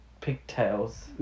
pigtails